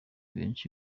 benshi